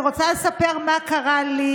אני רוצה לספר מה קרה לי